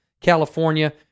California